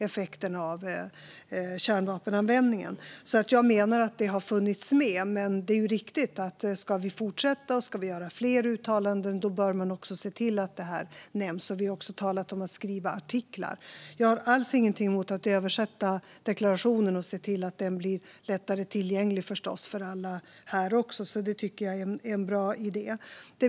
Jag menar alltså att det har funnits med, men det är riktigt att om vi ska fortsätta och göra fler uttalanden bör vi se till att detta nämns. Vi har också talat om att skriva artiklar. Jag har alls inget emot att översätta deklarationen och se till att den blir lättare tillgänglig för alla. Det tycker jag är en bra idé.